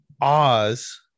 Oz